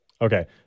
Okay